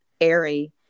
airy